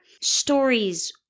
stories